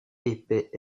épais